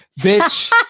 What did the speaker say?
Bitch